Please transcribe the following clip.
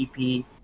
EP